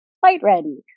fight-ready